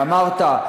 ואמרת: